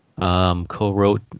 co-wrote